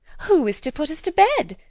who is to put us to bed,